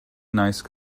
nice